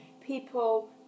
people